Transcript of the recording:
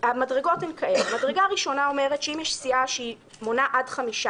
המדרגה הראשונה אומרת שאם יש סיעה אשר מונה עד חמישה